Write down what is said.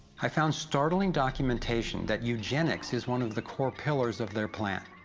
i found startling documentation, that eugenics is one of the core pillars of their plan.